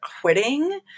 quitting